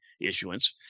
issuance